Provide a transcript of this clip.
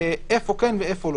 איפה כן ואיפה לא.